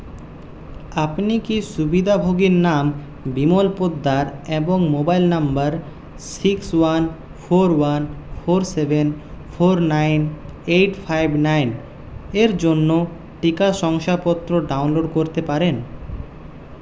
আপনি কি সুবিধাভোগীর নাম বিমল পোদ্দার এবং mobile number six one four one four seven four nine eight five nine এর জন্য টিকা শংসাপত্র ডাউনলোড করতে পারেন